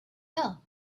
hill